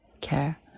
care